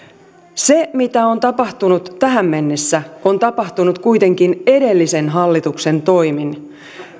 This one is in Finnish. se mitä on tapahtunut tähän mennessä on tapahtunut kuitenkin edellisen hallituksen toimin